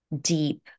deep